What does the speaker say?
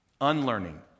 unlearning